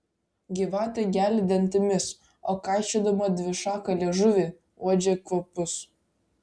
gyvatė gelia dantimis o kaišiodama dvišaką liežuvį uodžia kvapus